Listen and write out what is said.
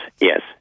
yes